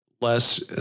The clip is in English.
less